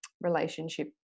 relationship